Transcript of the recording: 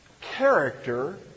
Character